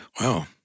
Wow